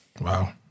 Wow